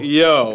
yo